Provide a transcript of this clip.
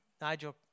Nigel